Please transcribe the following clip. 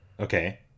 Okay